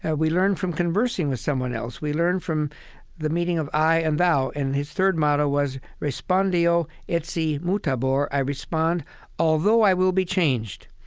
and we learn from conversing with someone else, we learn from the meaning of i and thou. and his third motto was respondeo etsi mutabor i respond although i will be changed.